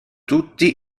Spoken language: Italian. tutti